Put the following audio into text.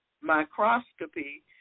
microscopy